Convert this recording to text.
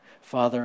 Father